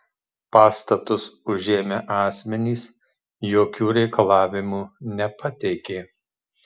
pastatus užėmę asmenys jokių reikalavimų nepateikė